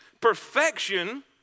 perfection